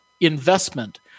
investment